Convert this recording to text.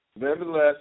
Nevertheless